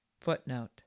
Footnote